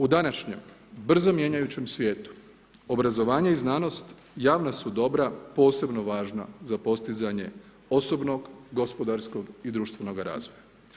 U današnjem, brzo mijenjajućem svijetu, obrazovanje i znanost javna su dobra posebno važna za postizanje osobnog, gospodarskog i društvenoga razvoja.